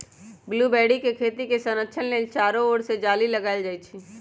blueberry के खेती के संरक्षण लेल चारो ओर से जाली लगाएल जाइ छै